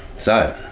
so